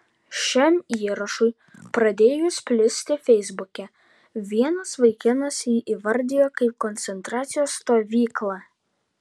šiam įrašui pradėjus plisti feisbuke vienas vaikinas jį įvardijo kaip koncentracijos stovyklą